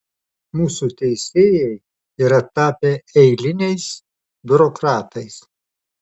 mūsų teisėjai yra tapę eiliniais biurokratais